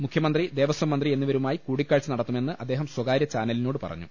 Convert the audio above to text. മുഖ്യമന്ത്രി ദേവ സ്വംമന്ത്രി എന്നിവരുമായി കൂടിക്കാഴ്ച നടത്തുമെന്ന് അദ്ദേഹം സ്വകാര്യ ചാനലിനോട് പറഞ്ഞു